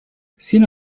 sino